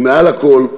ומעל הכול,